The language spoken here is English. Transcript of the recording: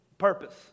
purpose